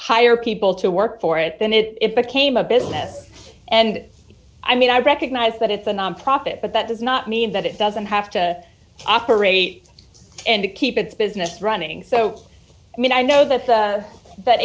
hire people to work for it then it became a business and i mean i recognize that it's a nonprofit but that does not mean that it doesn't have to operate and to keep its business running so i mean i know that that